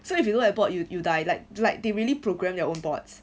so if you don't have bot you you die like like they really program their own bots